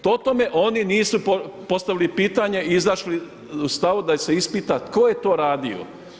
Po tome oni nisu postavili pitanje i izašli stavu da se ispita tko je to radio.